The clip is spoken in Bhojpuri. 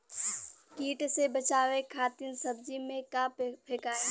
कीट से बचावे खातिन सब्जी में का फेकाई?